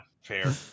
fair